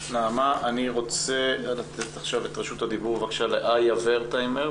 אני רוצה לתת את רשות הדיבור לאיה ורטהיימר,